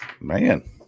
Man